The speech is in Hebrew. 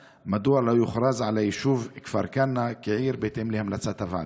2. מדוע לא יוכרז על היישוב כפר כנא כעיר בהתאם להמלצת הוועדה?